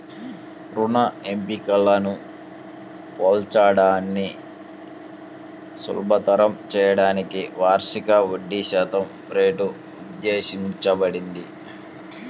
రుణ ఎంపికలను పోల్చడాన్ని సులభతరం చేయడానికి వార్షిక వడ్డీశాతం రేటు ఉద్దేశించబడింది